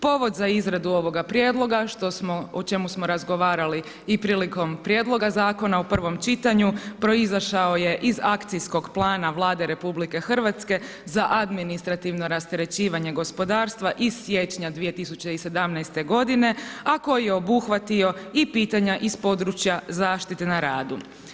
Povod za izradu ovog prijedloga, o čemu smo razgovarali i prilikom prijedloga zakona u prvom čitanju, proizašao je iz akcijskog plana Vlade RH za administrativno rasterećivanje gospodarstva iz siječnja 2017. godine, a koji je obuhvatio i pitanja iz područja zaštite na radu.